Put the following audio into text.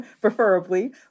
preferably